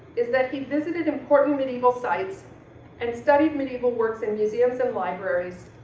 is that he visited important medieval sites and studied medieval works and museums and libraries,